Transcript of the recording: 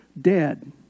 dead